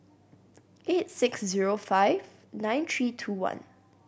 eight six zero five nine three two one